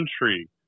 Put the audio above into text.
country